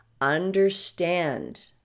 understand